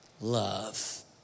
love